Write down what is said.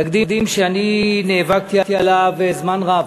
תקדים שנאבקתי עליו זמן רב.